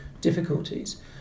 difficulties